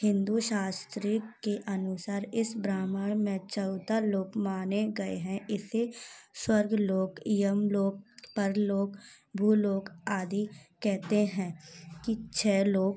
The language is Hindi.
हिन्दू शास्त्र के अनुसार इस ब्रह्मांड में चौदह लोक माने गए हैं इसे स्वर्गलोक यमलोक परलोक भूलोक आदि कहते हैं कि छः लोक